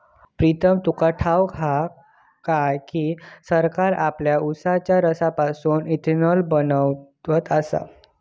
प्रीतम तुका ठाऊक हा काय की, सरकार आमच्या उसाच्या रसापासून इथेनॉल बनवत आसा